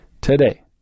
Today